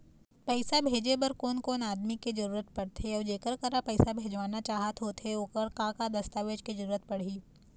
पैसा भेजे बार कोन कोन आदमी के जरूरत पड़ते अऊ जेकर करा पैसा भेजवाना चाहत होथे ओकर का का दस्तावेज के जरूरत पड़ही?